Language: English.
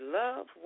love